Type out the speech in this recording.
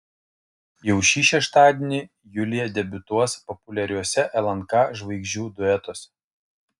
jau šį šeštadienį julija debiutuos populiariuose lnk žvaigždžių duetuose